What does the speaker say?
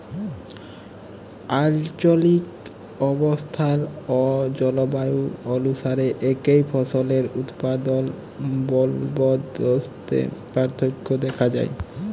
আলচলিক অবস্থাল অ জলবায়ু অলুসারে একই ফসলের উৎপাদল বলদবস্তে পার্থক্য দ্যাখা যায়